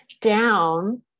down